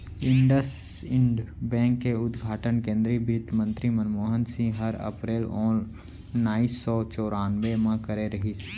IndusInd bank के उद्घाटन केन्द्रीय बित्तमंतरी मनमोहन सिंह हर अपरेल ओनाइस सौ चैरानबे म करे रहिस